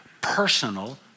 personal